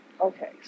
okay